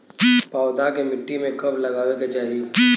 पौधा के मिट्टी में कब लगावे के चाहि?